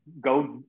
go